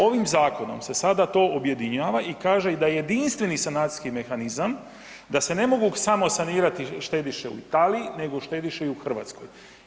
Ovim zakonom se sada to objedinjava i kaže da jedinstveni sanacijski mehanizam da se ne mogu samo sanirati štediše u Italiji nego i štediše u Hrvatskoj.